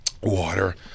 water